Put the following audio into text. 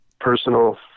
personal